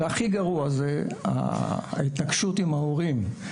והכי גרוע זה ההתנגשות עם ההורים.